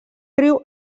riu